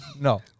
no